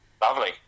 Lovely